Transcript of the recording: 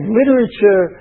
literature